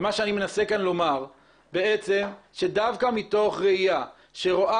מה שאני מנסה כאן לומר שדווקא מתוך ראייה שרואה